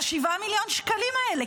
ל-7 מיליון השקלים האלה.